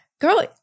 girl